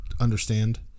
understand